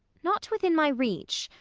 not within my reach.